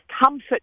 Comfort